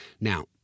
Now